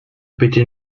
bitte